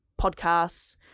podcasts